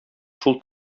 шул